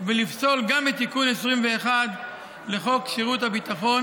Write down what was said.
ולפסול גם את תיקון 21 לחוק שירות הביטחון